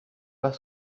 pas